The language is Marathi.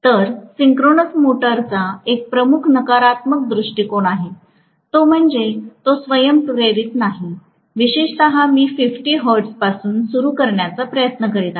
तर सिंक्रोनस मोटरचा एक प्रमुख नकारात्मक दृष्टिकोन आहे तो म्हणजे तो स्वयं प्रेरित नाही विशेषतः मी 50 हर्ट्जपासून सुरु करण्याचा प्रयत्न करीत आहे